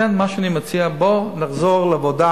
לכן מה שאני מציע, בואו נחזור לעבודה.